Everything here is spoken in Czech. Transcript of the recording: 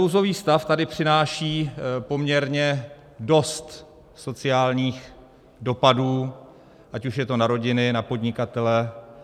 Nouzový stav tady přináší poměrně dost sociálních dopadů, ať už je to na rodiny, na podnikatele.